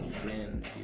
friends